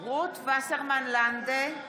רות וסרמן לנדה,